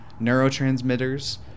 neurotransmitters